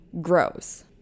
grows